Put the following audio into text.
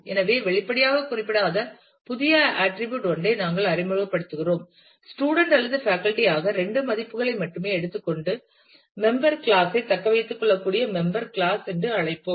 எனவே வெளிப்படையாகக் குறிப்பிடப்படாத புதிய ஆட்டிரிபியூட் ஒன்றை நாங்கள் அறிமுகப்படுத்துகிறோம் ஸ்டூடண்ட் அல்லது பேக்கல்டி ஆக இரண்டு மதிப்புகளை மட்டுமே எடுத்துக்கொண்டு மெம்பர் கிளாஸ் ஐ தக்க வைத்துக் கொள்ளக்கூடிய மெம்பர் கிளாஸ் என்று அழைப்போம்